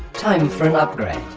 time for an upgrade!